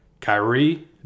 Kyrie